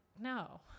no